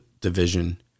division